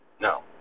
No